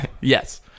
Yes